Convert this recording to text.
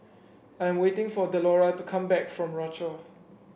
I am waiting for Delora to come back from Rochor